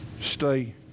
Stay